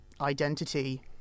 identity